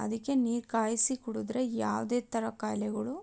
ಅದಕ್ಕೆ ನೀರು ಕಾಯಿಸಿ ಕುಡಿದ್ರೆ ಯಾವುದೇ ಥರ ಕಾಯ್ಲೆಗಳು